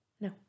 No